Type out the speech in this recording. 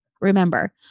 Remember